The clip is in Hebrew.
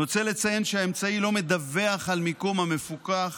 אני רוצה לציין שהאמצעי לא מדווח על מיקום המפוקח